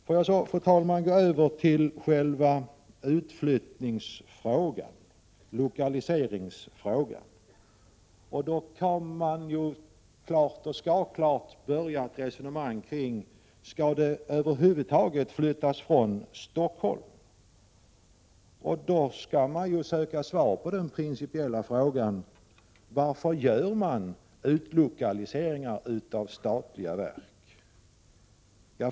Låt mig härefter, fru talman, övergå till att säga några ord om utflyttningsoch lokaliseringsfrågorna. Den första frågan gäller om det över huvud taget skall ske en utflyttning från Stockholm. Först gäller det då att besvara den principiella frågan om varför det sker utlokaliseringar av statliga verk.